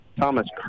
Thomas